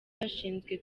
bashinzwe